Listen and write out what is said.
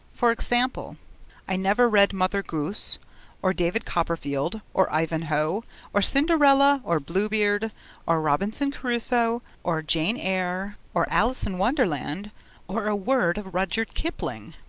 for example i never read mother goose or david copperfield or ivanhoe or cinderella or blue beard or robinson crusoe or jane eyre or alice in wonderland or a word of rudyard kipling.